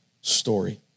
story